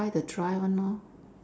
buy the dry one lor